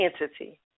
entity